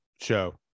show